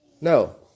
No